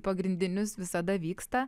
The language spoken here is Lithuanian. pagrindinius visada vyksta